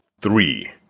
three